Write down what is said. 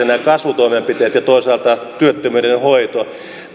nämä kasvutoimenpiteet ja toisaalta työttömyyden hoito